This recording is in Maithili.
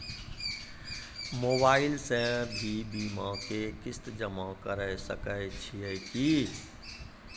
मोबाइल से भी बीमा के किस्त जमा करै सकैय छियै कि?